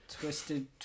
twisted